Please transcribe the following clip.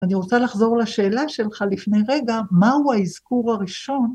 אני רוצה לחזור לשאלה שלך לפני רגע, מהו האזכור הראשון